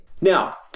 Now